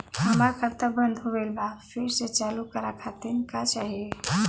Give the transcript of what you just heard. हमार खाता बंद हो गइल बा फिर से चालू करा खातिर का चाही?